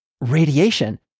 radiation